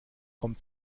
kommt